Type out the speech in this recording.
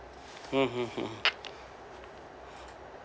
hmm mm mm